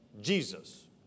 Jesus